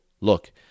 Look